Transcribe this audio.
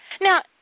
Now